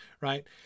right